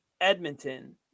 Edmonton